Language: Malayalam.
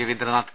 രവീന്ദ്രനാഥ്